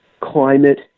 climate